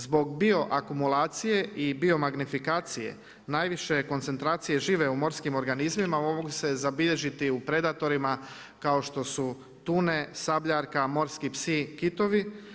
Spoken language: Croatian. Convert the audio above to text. Zbog bioakumulacije i biomagnifikacije najviše koncentracije žive u morskim organizmima mogu se zabilježiti u predatorima kao što su tune, sabljarka, morski psi, kitovi.